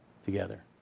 Together